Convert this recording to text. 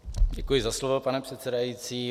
Děkuji za slovo, pane předsedající.